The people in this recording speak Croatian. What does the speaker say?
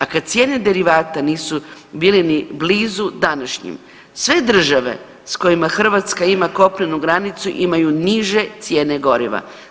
A kad cijene derivata nisu bile ni blizu današnjim sve države sa kojima Hrvatska ima kopnenu granicu imaju niže cijene goriva.